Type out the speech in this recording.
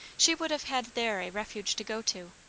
she would have had there a refuge to go to.